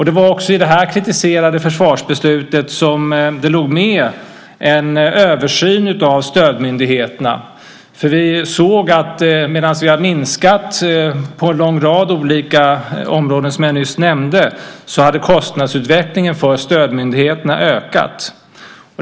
Det var också i det här kritiserade försvarsbeslutet som det låg med en översyn av stödmyndigheterna. Vi såg att medan vi har minskat på en lång rad olika områden som jag nyss nämnde, har kostnaderna för stödmyndigheterna ökat.